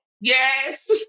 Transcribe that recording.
Yes